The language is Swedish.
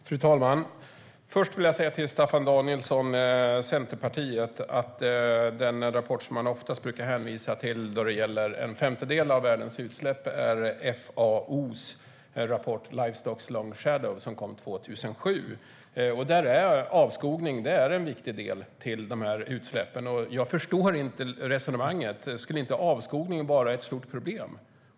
Fru talman! Först vill jag säga till Staffan Danielsson från Centerpartiet att den rapport som man oftast brukar hänvisa till när det gäller den här femtedelen av världens utsläpp är FAO:s rapport Livestock's long shadow som kom 2007. Avskogning bidrar till en viktig del av de här utsläppen, och jag förstår inte resonemanget. Skulle avskogningen inte vara ett stort problem?